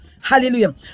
Hallelujah